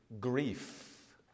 grief